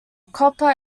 copper